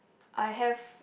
I have